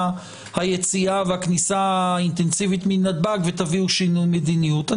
היציאה והכניסה האינטנסיבית מנתב"ג ותביאו שינוי מדיניות.